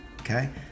okay